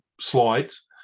slides